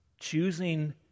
Choosing